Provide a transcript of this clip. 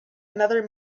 another